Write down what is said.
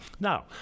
Now